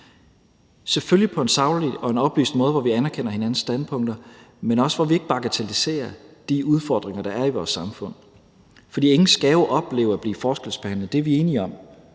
selvfølgelig på en saglig og oplyst måde, hvor vi anerkender hinandens standpunkter, men også på en måde, hvor vi ikke bagatelliserer de udfordringer, der er i vores samfund. For ingen skal jo opleve at blive forskelsbehandlet – det er vi enige om